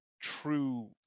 true